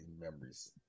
memories